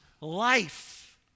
life